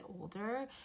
older